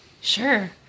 Sure